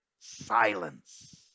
Silence